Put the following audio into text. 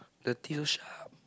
the teeth so sharp